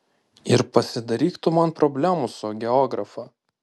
ir pasidaryk tu man problemų su geografa